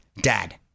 dad